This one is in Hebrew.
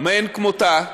מאין כמותה,